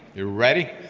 you ready?